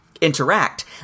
interact